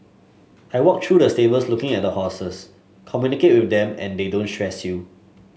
I walk through the stables looking at the horses them and they don't stress you